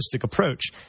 approach